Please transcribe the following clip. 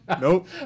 Nope